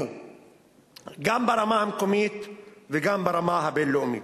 גם ברמה המקומית וגם ברמה הבין-לאומית.